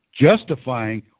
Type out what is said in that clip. justifying